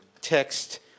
text